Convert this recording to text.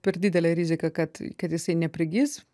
per didelė rizika kad kad jisai neprigis